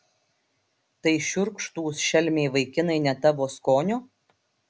tai šiurkštūs šelmiai vaikinai ne tavo skonio